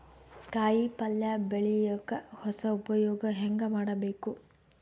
ಕಾಯಿ ಪಲ್ಯ ಬೆಳಿಯಕ ಹೊಸ ಉಪಯೊಗ ಹೆಂಗ ಮಾಡಬೇಕು?